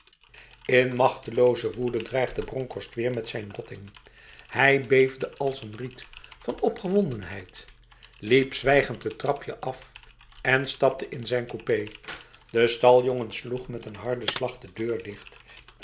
in machteloze woede dreigde bronkhorst weer met zijn rotting hij beefde als een riet van opgewondenheid liep zwijgend het trapje af en stapte in zijn coupé de staljongen sloeg met een harde slag de deur dicht